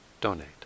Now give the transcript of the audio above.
donate